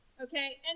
Okay